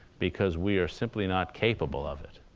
because we are simply not capable of it.